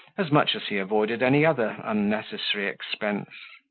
as much as he avoided any other unnecessary expense.